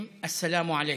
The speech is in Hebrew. אומרים א-סלאם עליכום.